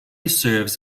serves